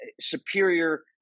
superior